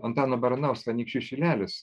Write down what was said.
antano baranausko anykščių šilelis